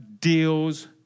deals